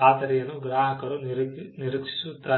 ಖಾತರಿಯನ್ನು ಗ್ರಾಹಕರು ನಿರೀಕ್ಷಿಸುತ್ತಾರೆ